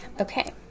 Okay